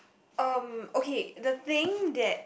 um okay the thing that